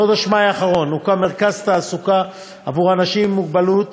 בחודש מאי האחרון הוקם מרכז תעסוקה עבור אנשים עם מוגבלות,